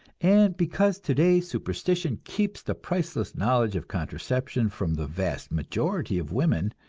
and because today superstition keeps the priceless knowledge of contraception from the vast majority of women,